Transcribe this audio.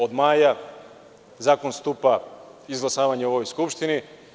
Od maja zakon stupa izglasavanjem u ovoj Skupštini.